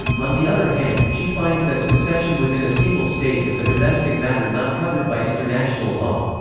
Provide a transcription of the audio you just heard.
on the other hand, she finds that secession within a single state is a domestic matter not covered by international law.